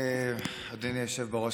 אדוני היושב בראש,